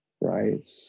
Right